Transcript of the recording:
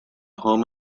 home